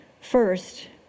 First